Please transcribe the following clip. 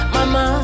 Mama